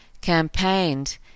campaigned